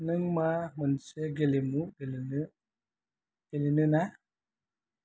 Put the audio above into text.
नों मा मोनसे गेलेमु गेलेनो गेलेनो ना